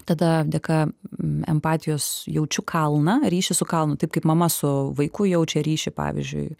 tada dėka empatijos jaučiu kalną ryšį su kalnu taip kaip mama su vaiku jaučia ryšį pavyzdžiui